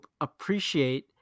appreciate